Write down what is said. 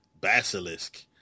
Basilisk